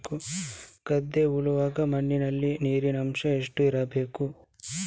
ಗದ್ದೆ ಉಳುವಾಗ ಮಣ್ಣಿನಲ್ಲಿ ನೀರಿನ ಅಂಶ ಎಷ್ಟು ಇರಬೇಕು?